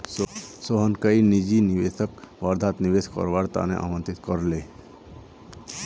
सोहन कईल निजी निवेशकक वर्धात निवेश करवार त न आमंत्रित कर ले